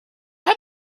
have